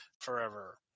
forever